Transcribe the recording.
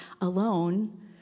alone